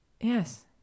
Yes